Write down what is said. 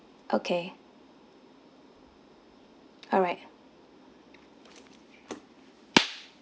okay alright